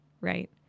right